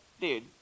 dude